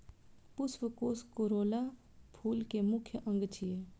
पुष्पकोष कोरोला फूल के मुख्य अंग छियै